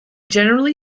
generally